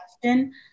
question